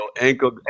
ankle